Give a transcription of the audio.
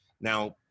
Now